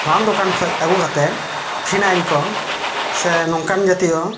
ᱨᱟᱱ ᱫᱚᱠᱟᱱ ᱠᱷᱚᱱ ᱟᱹᱜᱩ ᱠᱟᱛᱮᱫ ᱯᱷᱤᱱᱟᱭᱤᱞ ᱠᱚ ᱥᱮ ᱱᱚᱝᱠᱟ ᱡᱟᱹᱛᱤᱭᱚ